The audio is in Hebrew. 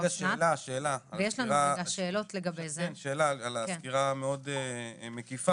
שאלה על הסקירה המאוד מקיפה,